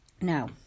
Now